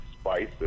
spices